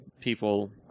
people